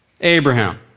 Abraham